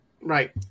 Right